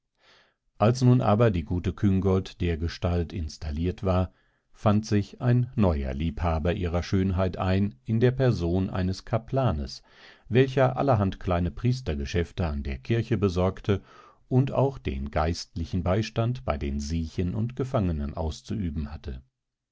als nun aber die gute küngolt dergestalt installiert war fand sich ein neuer liebhaber ihrer schönheit ein in der person eines kaplanes welcher allerhand kleine priestergeschäfte an der kirche besorgte und auch den geistlichen beistand bei den siechen und gefangenen auszuüben hatte